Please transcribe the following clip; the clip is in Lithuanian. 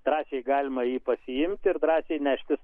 drąsiai galima jį pasiimti ir drąsiai neštis